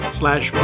slash